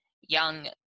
Young